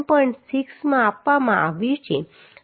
6 માં આપવામાં આવ્યું છે